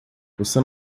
você